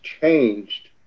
changed